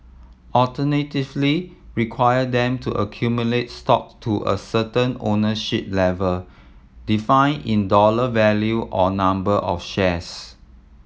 alternatively require them to accumulate stock to a certain ownership level define in dollar value or number of shares